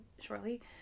shortly